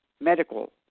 medical